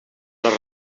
les